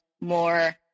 more